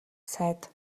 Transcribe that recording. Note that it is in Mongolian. сайд